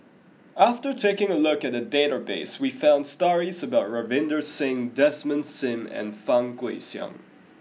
after taking a look at the database we found stories about Ravinder Singh Desmond Sim and Fang Guixiang